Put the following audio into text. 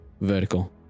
vertical